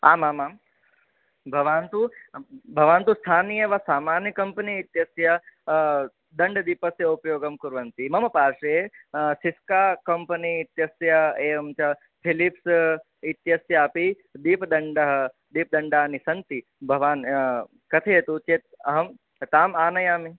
आमामाम् भवान् तु भवान् तु स्थानीय एव सामान्य कम्पनि इत्यस्य दण्डदीपस्य उपयोगं कुर्वन्ति मम पार्श्वे सिस्का कम्पनि इत्यस्य एवं च फ़िलिप्स् इत्यस्यापि दीपदण्डः दीपदण्डानि सन्ति भवान् कथयतु चेत् अहं ताम् आनयामि